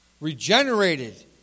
regenerated